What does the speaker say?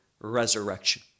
resurrection